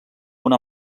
una